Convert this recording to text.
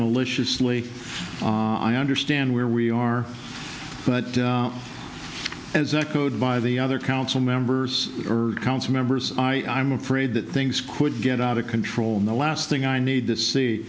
maliciously i understand where we are but as echoed by the other council members urged council members i am afraid that things could get out of control and the last thing i need to see